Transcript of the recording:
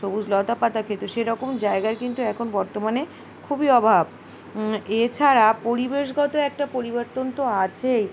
সবুজ লতা পাতা খেত সেরকম জায়গার কিন্তু এখন বর্তমানে খুবই অভাব এছাড়া পরিবেশগত একটা পরিবর্তন তো আছেই